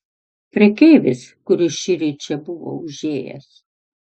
prekeivis kuris šįryt čia buvo užėjęs